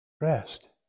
Rest